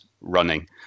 running